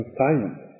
science